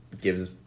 gives